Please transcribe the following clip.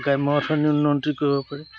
গ্ৰাম্য় অৰ্থ উন্নয়ন নিয়ন্ত্ৰণ কৰিব পাৰে